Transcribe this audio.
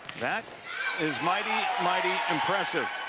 that is mighty, mighty impressive